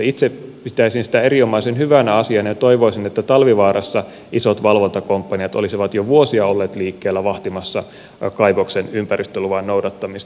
itse pitäisin sitä erinomaisen hyvänä asiana ja toivoisin että talvivaarassa isot valvontakomppaniat olisivat jo vuosia olleet liikkeellä vahtimassa kaivoksen ympäristöluvan noudattamista